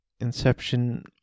Inception